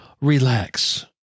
relax